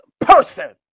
person